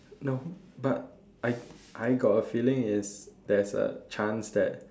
no but I I got a feeling it's there's a chance that